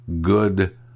Good